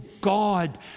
God